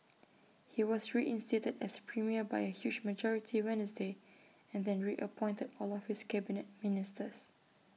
he was reinstated as premier by A huge majority Wednesday and then reappointed all of his Cabinet Ministers